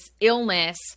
illness